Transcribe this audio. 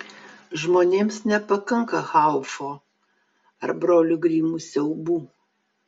žmonėms nepakanka haufo ar brolių grimų siaubų